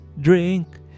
drink